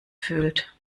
fühlt